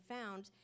found